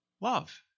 love